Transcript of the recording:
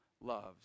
loves